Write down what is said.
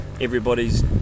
everybody's